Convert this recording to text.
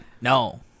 No